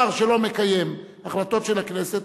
שר שלא מקיים החלטות של הכנסת,